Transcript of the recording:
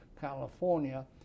California